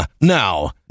now